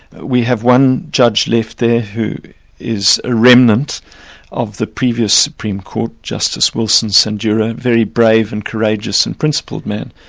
we have one judge left there who is a remnant of the previous supreme court, justice wilson sandura, very brave and courageous and principled man,